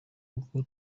uko